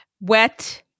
wet